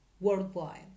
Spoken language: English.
worldwide